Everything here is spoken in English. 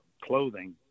clothing